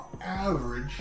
average